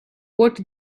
what